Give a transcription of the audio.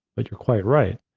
but you're quite right.